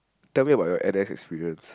tell me about your n_s experience